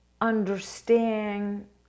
understand